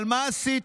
אבל מה עשיתם?